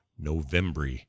November